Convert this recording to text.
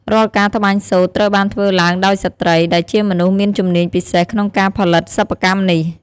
រាល់ការត្បាញសូត្រត្រូវបានធ្វើឡើងដោយស្ត្រី ដែលជាមនុស្សមានជំនាញពិសេសក្នុងការផលិតសិប្បកម្មនេះ។